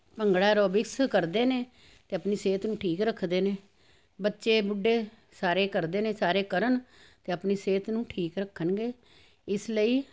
bhangra aerobics ਕਰਦੇ ਨੇ ਅਤੇ ਆਪਣੀ ਸਿਹਤ ਨੂੰ ਠੀਕ ਰੱਖਦੇ ਨੇ ਬੱਚੇ ਬੁੱਢੇ ਸਾਰੇ ਕਰਦੇ ਨੇ ਸਾਰੇ ਕਰਨ ਅਤੇ ਆਪਣੀ ਸਿਹਤ ਨੂੰ ਠੀਕ ਰੱਖਣਗੇ ਇਸ ਲਈ